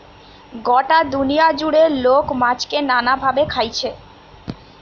গটা দুনিয়া জুড়ে লোক মাছকে নানা ভাবে খাইছে